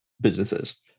businesses